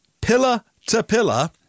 pillar-to-pillar